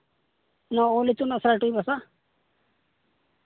ᱱᱚᱣᱟ ᱚᱞ ᱤᱛᱩᱱ ᱟᱥᱲᱟ ᱪᱟᱺᱭᱵᱟᱥᱟ